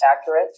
accurate